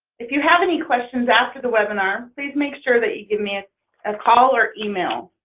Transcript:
if you have any questions after the webinar, please make sure that you give me a and call or email